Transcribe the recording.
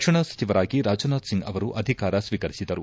ರಕ್ಷಣಾ ಸಚಿವರಾಗಿ ರಾಜನಾಥ್ ಸಿಂಗ್ ಅವರು ಅಧಿಕಾರ ಸ್ವೀಕರಿಸಿದರು